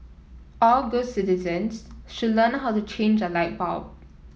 all good citizens should learn how to change a light bulb